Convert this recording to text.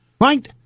Right